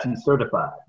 certified